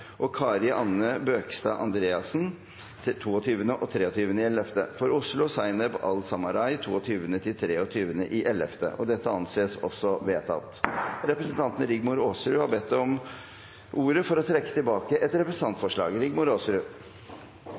og Kari Anne Bøkestad Andreassen 22.–23. november For Oslo: Zaineb Al-Samarai : 22.–23. november Representanten Rigmor Aasrud har bedt om ordet for å trekke tilbake et representantforslag.